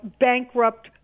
bankrupt